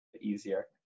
easier